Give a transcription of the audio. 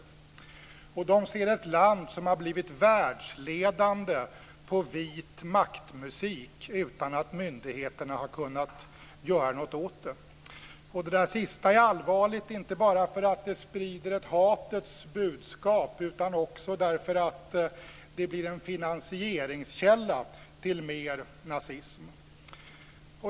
De ser ett land som har blivit världsledande på Vit makt-musik utan att myndigheterna har kunnat göra någonting åt det. Det sista är allvarligt, inte bara för att det sprider ett hatets budskap, utan också för att det blir en finansieringskälla för mer nazism.